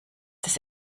des